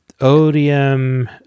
odium